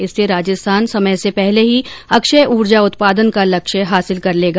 इससे राजस्थान समय से पहले ही अक्षय उर्जा उत्पादन का लेक्ष्य हासिल कर लेगा